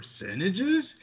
percentages